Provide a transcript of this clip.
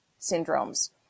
syndromes